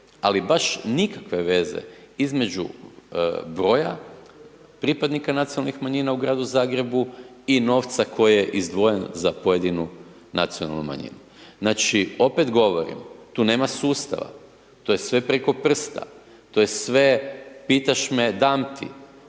ali baš nikakve veze između broja pripadnika nacionalnih manjina u Gradu Zagrebu i novca koji je izdvojen za pojedinu nacionalnu manjinu. Znači, opet govorim, tu nema sustava, to je sve preko prsta, to je sve pitaš me, dam ti,